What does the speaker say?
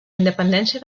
independència